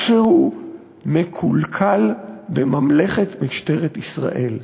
משהו מקולקל בממלכת משטרת ישראל,